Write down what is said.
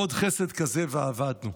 עוד חסד כזה ואבדנו.